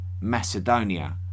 Macedonia